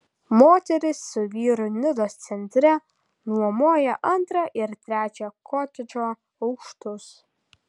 moteris su vyru nidos centre nuomoja antrą ir trečią kotedžo aukštus